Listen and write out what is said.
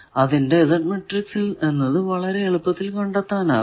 അതിന്റെ Z matrix എന്നത് വളരെ എളുപ്പത്തിൽ കണ്ടെത്താനാകും